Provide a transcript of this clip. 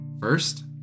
First